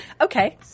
okay